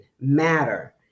matter